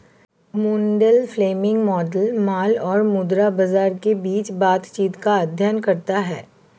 Mundell Fleming model माल और मुद्रा बाजार के बीच बातचीत का अध्ययन करता है